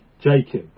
Jacob